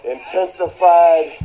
Intensified